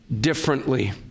differently